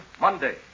Monday